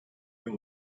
bin